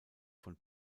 von